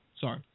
Sorry